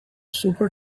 super